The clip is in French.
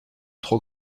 trop